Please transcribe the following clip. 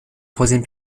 troisième